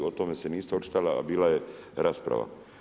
O tome se niste očitovali, a bila je rasprava.